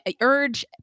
urge